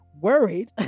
worried